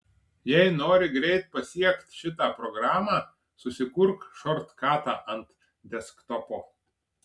jei nori greit pasiekt šitą programą susikurk šortkatą ant desktopo